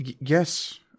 Yes